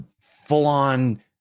full-on